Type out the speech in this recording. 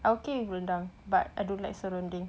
okay with rendang but I don't like serunding